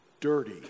Dirty